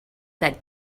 that